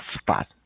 spot